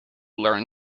learn